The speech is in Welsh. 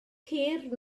hir